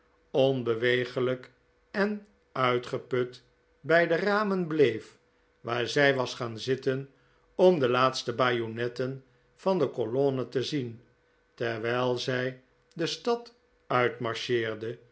onbewegelijk en uitgeput bij de ramen bleef waar zij was gaan zitten om de laatste bajonetten van de colonne te zien terwijl zij de stad uit